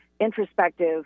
introspective